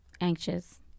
anxious